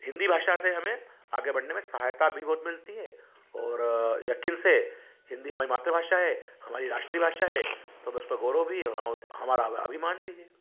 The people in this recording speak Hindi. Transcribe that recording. हिंदी भाषा से हमें आगे बढ़ने में सहायता भी बहुत मिलती है और यक़ीन से हिंदी हमारी मातृभाषा है हमारी राष्ट्रीय भाषा है तब उसपे गौरव भी है और हमारा अभिमान भी है